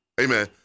Amen